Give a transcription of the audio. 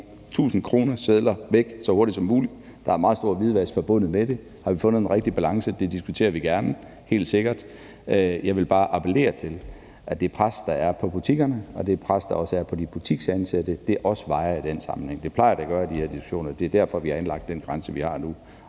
1.000-kronesedler væk så hurtigt som muligt. Der er meget stor hvidvask forbundet med dem. Har vi fundet den rigtige balance? Det diskuterer vi gerne, helt sikkert. Jeg vil bare appellere til, at det pres, der er på butikkerne, og det pres, der også er på de butiksansatte, også vejer i den sammenhæng. Det plejer det at gøre i de her diskussioner. Det er derfor, vi har anlagt den grænse, vi har nu,